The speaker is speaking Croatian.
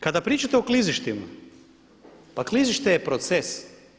Kada pričate o klizištima, pa klizište je proces.